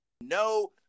no